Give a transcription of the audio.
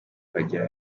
kuhagera